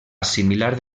assimilar